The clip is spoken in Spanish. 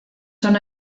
son